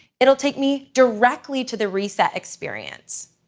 it'll take me directly to the reset experience.